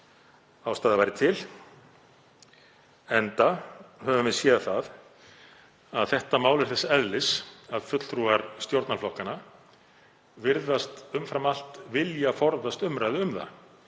ástæða væri til, enda höfum við séð að þetta mál er þess eðlis að fulltrúar stjórnarflokkanna virðast umfram allt vilja forðast umræðu um það.